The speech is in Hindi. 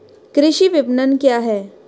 कृषि विपणन क्या है?